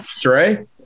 Dre